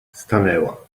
stanęła